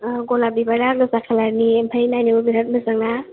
गलाब बिबारा गोजा खालारनि ओमफ्राय नायनोबो बिराद मोजां ना